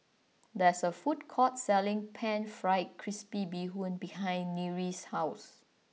there is a food court selling Pan Fried Crispy Bee Hoon behind Nyree's house